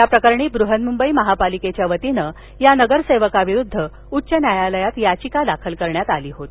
याप्रकरणी बृहन्मुंबई महापालिकेच्यावतीनं या नगरसेवकाविरुद्ध उच्च न्यायालयात याचिका दाखल करण्यात आली होती